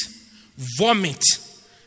vomit